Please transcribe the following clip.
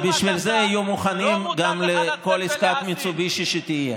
ובשביל זה יהיו מוכנים גם לכל עסקת מיצובישי שתהיה.